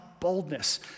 boldness